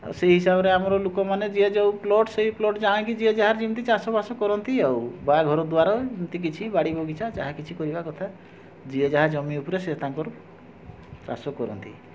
ସେହି ହିସାବରେ ଆମର ଲୋକମାନେ ଯିଏ ଯେଉଁ ପ୍ଲଟ୍ ସେହି ପ୍ଲଟ୍ ଯାଇକି ଯିଏ ଯାହାର ଯେମତି ଚାଷବାସ କରନ୍ତି ଆଉ ବା ଘରଦ୍ୱାର ଏମିତି କିଛି ବାଡ଼ିବଗିଚା ଯାହା କିଛି କରିବା କଥା ଯିଏ ଯାହା ଜମି ଉପରେ ସିଏ ତାଙ୍କର ଚାଷ କରନ୍ତି